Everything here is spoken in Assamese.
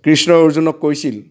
কৃষ্ণই অৰ্জুনক কৈছিল